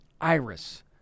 Iris